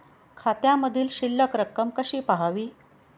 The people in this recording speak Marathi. खात्यामधील शिल्लक रक्कम कशी पहावी?